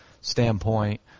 standpoint